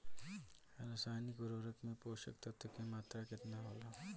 रसायनिक उर्वरक मे पोषक तत्व के मात्रा केतना होला?